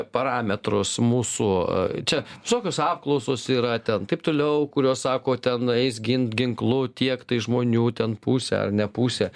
parametrus mūsų čia visokios apklausos yra ten taip toliau kuriuos sako ten eis gint ginklu tiek tai žmonių ten puse ar ne pusė